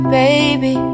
baby